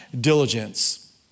diligence